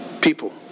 people